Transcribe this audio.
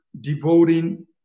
devoting